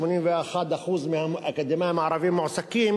81% מהאקדמאים הערבים מועסקים,